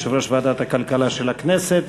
יושב-ראש ועדת הכלכלה של הכנסת.